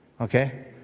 Okay